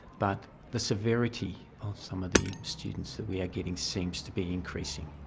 but the severity of some of the students that we are getting seems to be increasing.